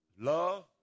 love